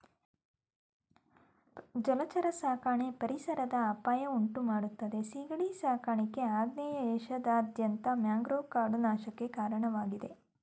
ಜಲಚರ ಸಾಕಣೆ ಪರಿಸರದ ಅಪಾಯ ಉಂಟುಮಾಡ್ತದೆ ಸೀಗಡಿ ಸಾಕಾಣಿಕೆ ಆಗ್ನೇಯ ಏಷ್ಯಾದಾದ್ಯಂತ ಮ್ಯಾಂಗ್ರೋವ್ ಕಾಡು ನಾಶಕ್ಕೆ ಕಾರಣವಾಗಿದೆ